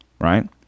Right